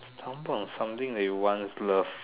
example of something that you want is love